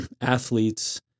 athletes